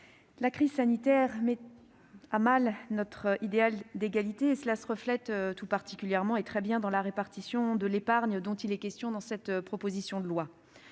la crise sanitaire met à mal notre idéal d'égalité. Cela se reflète tout particulièrement dans la répartition de l'épargne dont il est question dans cette proposition de loi.